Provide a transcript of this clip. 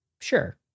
sure